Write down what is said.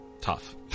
tough